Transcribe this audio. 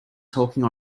talking